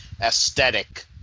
aesthetic